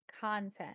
content